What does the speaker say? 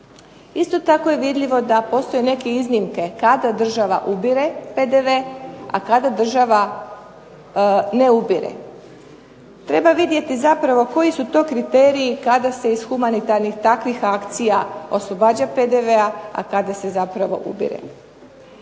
Isto je tako vidljivo da postoje neke iznimke kada država ubire PDV a kada ne ubire. Treba vidjeti zapravo koji su kriteriji kada se iz humanitarnih takvih akcija oslobađa PDV-a, a kada se ubire.